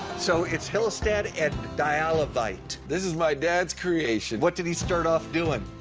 so it's hillestad and dialyvite. this is my dad's creation. what did he start off doing?